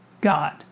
God